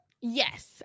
Yes